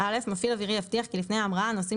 "(א) מפעיל אווירי יבטיח כי לפני ההמראה הנוסעים